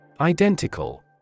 Identical